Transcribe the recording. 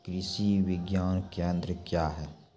कृषि विज्ञान केंद्र क्या हैं?